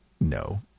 no